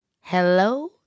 Hello